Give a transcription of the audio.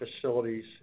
facilities